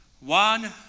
one